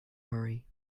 hurry